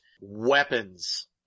weapons